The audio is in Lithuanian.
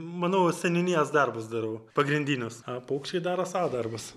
manau seniūnijos darbus darau pagrindinius a paukščiai daro savo darbas